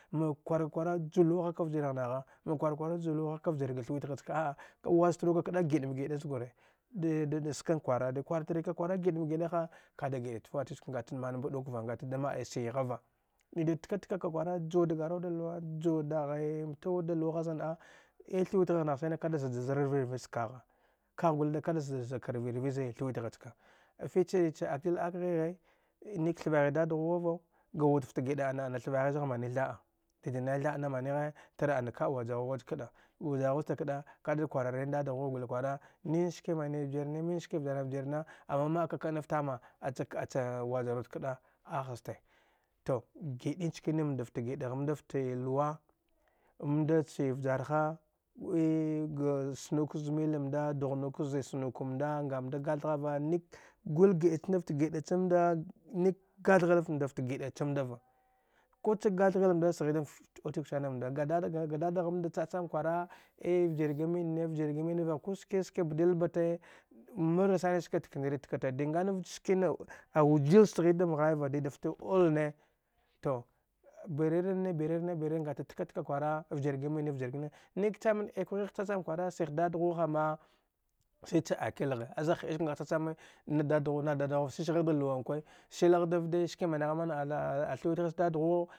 Makwar ka kwara ju luwa haka vjiragh nagha ma kwar ka kwara ju luwa haka vjir ga thuwit ghachka a’a ka waj truka kda gid ma gida zgure skan kwara de kwartri ka kwara giɗ ma giɗa ha ka gidat fta waititkwe ngata da man mɓaɗuk va ngataɗa ma’a sigha va dida tka-tka ka kwara juwa dga rau da luwa juwa daghi mta wud da luwa ha juwa daghi mta wud da luwa ha zan na’a ea thwit ghagh nagh sani da zada zarvi rvi skagha kagh guli kada zada za ka rvi-rvizethwit ghaska a fiche cha akil ak ghighe nik thvaghi dad ghu vau ga wud fta gida thvaghi dad ghu vau ga wud fta gida thvaghi zagh mani tha’a dida nai tha’a na manighe tar ana ka’a waja ghu waj kɗa wujaghusta kɗa kaɗɗa kwararin dad ghu kwara nin ski mani vjir ne nin ski mani vjir ni nin ski man vjir na ama ma ma’aka ka’anfftame a cha ka’a cha wajarud kɗa ahaste tu gidi nchkani mnda-fta giɗaghmda ftee luwa mnda chi vjarha ga sunuk mnda ngamnda gath ghava nik gul giɗa cha nda fta nda giɗa chamnda va ku cha gath ghil mnda sghi dafta oul titk sani mnda ga dadagh nda cha cham kwara e ujar ga minne ujir ga minniva ku ski ski bdil bate marra sani ski tak ndmri takate di’ngan skina awuji sghi dam ghai va dida fta oui ne tu bariranne birirann birar ngata tka kwana ujir ga minne ujir nik cha min ikwa ghigh cha cham kwana siti daad ghu ha ma si cha akil ghe azagh ha iskwe na agh cha cha mi sis ghihj da luwa nkwe silahj da vde ski mana ghi man a thu wit gha cha dad ghuwau